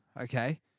okay